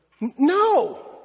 No